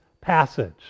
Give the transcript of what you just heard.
passage